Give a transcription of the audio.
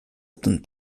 ten